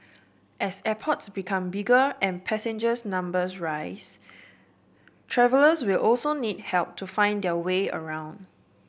as airports become bigger and passengers numbers rise travellers will also need help to find their way around